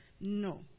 No